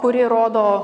kuri rodo